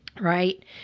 right